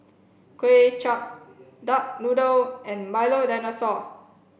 Kuay Chap Duck Noodle and Milo Dinosaur